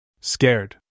Scared